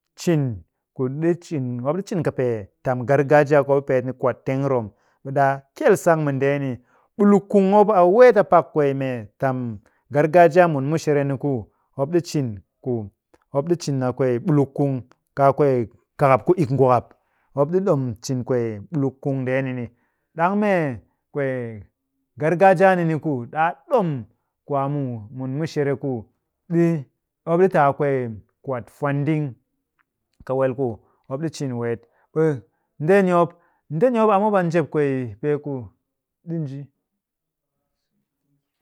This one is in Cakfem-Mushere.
Cin ku ɗi cin, mop ɗi cin kɨpee tam gargajiya ku mop ɗi peet ni kwat teng rom. Ɓe ɗaa kyel sang mu ndeeni. Ɓuluk kung mop a weet a pak mee kwee tam gargajiya mun mushere ni ku mop ɗi cin ku mop a kwee ɓuluk kung. Kaa kwaa kakap ku ik'ngwakap. Mop ɗi ɗom cin kwee ɓuluk kung ndeeni ni. Ɗang mee kwee gargayiya ni ni ku ɗaa ɗom, ku a mu-mun mushere ku ɗi, mop ɗi te a kwee kwat fwanding kawel ku mop ɗi cin weet. Ɓe ndeeni mop, ndeni mop, a mop a njep kwee pee ku ɗi nji.